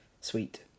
sweet